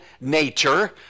nature